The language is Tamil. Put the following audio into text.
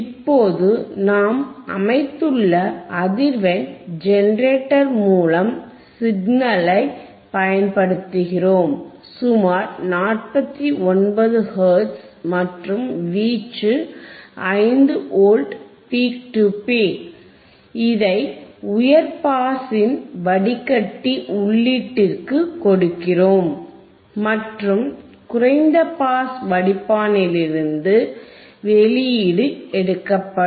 இப்போது நாம் அமைத்துள்ள அதிர்வெண் ஜெனரேட்டர் மூலம் சிக்னலைப் பயன்படுத்துகிறோம் சுமார் 49 ஹெர்ட்ஸ் மற்றும் வீச்சு 5 வோல்ட் பீக் டு பீக் இதை உயர் பாஸின் வடிகட்டி உள்ளீட்டிற்கு கொடுக்கிறோம் மற்றும் குறைந்த பாஸ் வடிப்பானிலிருந்து வெளியீடு எடுக்கப்படும்